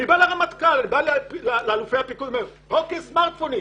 אני בא לרמטכ"ל ולאלופי הפיקוד ואומר להם לוותר על הסמרטפונים,